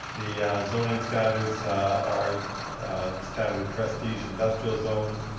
the zoning standards are the standard prestige, industrial zones,